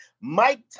Mike